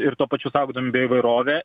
ir tuo pačiu stabdom bioįvairovę